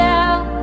out